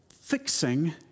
fixing